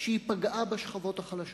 הפגיעה שהיא פגעה בשכבות החלשות.